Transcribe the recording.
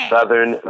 Southern